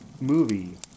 movie